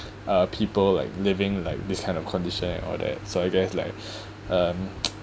uh people like living like this kind of condition and all that so I guess like um